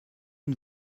une